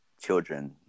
children